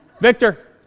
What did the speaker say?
Victor